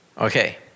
Okay